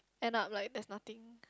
end up like there's nothing